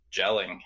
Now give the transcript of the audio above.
gelling